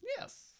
Yes